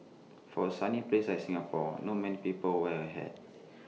for A sunny place like Singapore not many people wear A hat